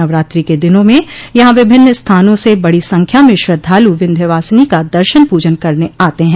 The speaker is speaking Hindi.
नवरात्रि के दिनों में यहां विभिन्न स्थानों से बड़ी संख्या में श्रद्वालु विन्ध्वासिनी का दर्शन पूजन करने आते हैं